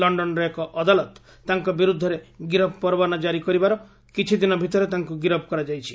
ଲକ୍ଷନର ଏକ ଅଦାଲତ ତାଙ୍କ ବିରତ୍ଧରେ ଗିରଫ ପରୱାନା ଜାରି କରିବାର କିଛିଦିନ ଭିତରେ ତାଙ୍କ ଗିରଫ କରାଯାଇଛି